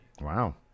Wow